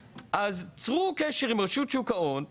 צרו קשר עם רשות שוק ההון,